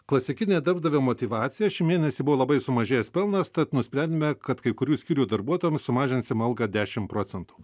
klasikinė darbdavio motyvacija šį mėnesį buvo labai sumažėjęs pelnas tad nusprendėme kad kai kurių skyrių darbuotojam sumažinsim algą dešim procentų